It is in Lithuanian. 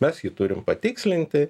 mes jį turim patikslinti